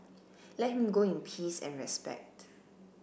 let him go in peace and respect